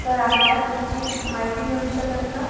तर आम्हाला त्याची माहिती मिळू शकेल का